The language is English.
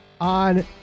on